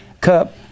cup